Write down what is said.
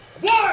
One